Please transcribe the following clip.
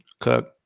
Cook